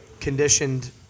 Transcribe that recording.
Conditioned